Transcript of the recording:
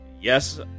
yes